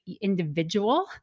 individual